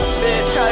bitch